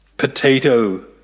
Potato